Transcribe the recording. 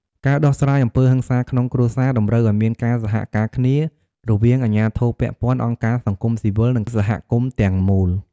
ការដោះស្រាយអំពើហិង្សាក្នុងគ្រួសារតម្រូវឲ្យមានការសហការគ្នារវាងអាជ្ញាធរពាក់ព័ន្ធ អង្គការសង្គមស៊ីវិល និងសហគមន៍ទាំងមូល។